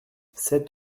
sept